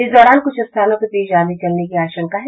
इस दौरान कुछ स्थानों पर तेज आंधी चलने की भी आंशका है